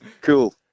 Cool